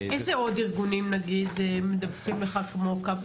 איזה עוד ארגונים מדווחים לך כמו כב"ה?